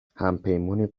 همپیمانی